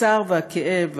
הצער והכאב,